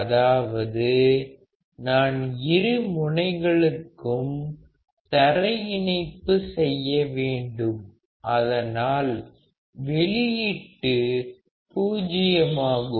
அதாவது நான் இரு முனைகளுக்கும் தரையிணைப்பு செய்ய வேண்டும் அதனால் வெளியீட்டு பூஜ்யம் ஆகும்